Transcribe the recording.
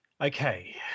Okay